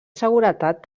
seguretat